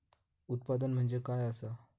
उत्पादन म्हणजे काय असा?